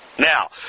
Now